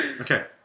Okay